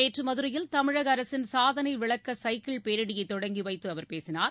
நேற்று மதுரையில் தமிழக அரசின் சாதனை விளக்க சைக்கிள் பேரணியை தொடங்கி வைத்து அவர் பேசினார்